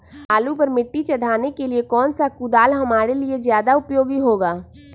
आलू पर मिट्टी चढ़ाने के लिए कौन सा कुदाल हमारे लिए ज्यादा उपयोगी होगा?